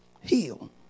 heal